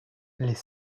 les